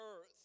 earth